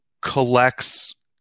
collects